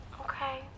Okay